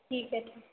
ठीक है